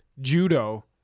judo